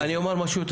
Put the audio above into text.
אני אומר,